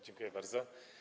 Dziękuję bardzo.